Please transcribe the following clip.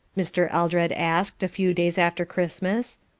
mr. eldred asked, a few days after christmas.